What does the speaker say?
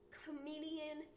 comedian